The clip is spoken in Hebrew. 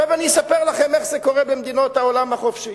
עכשיו אני אספר לכם איך זה קורה במדינות העולם החופשי.